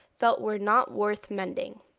felt were not worth mending.